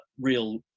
real